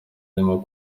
arimo